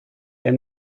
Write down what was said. der